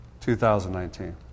2019